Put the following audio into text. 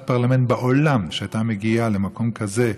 פרלמנט בעולם שהייתה מגיעה למקום כזה,